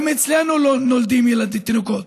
גם אצלנו נולדים תינוקות.